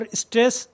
stress